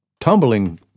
Tumbling